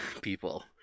people